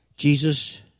Jesus